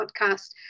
podcast